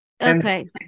Okay